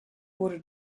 wurde